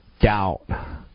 doubt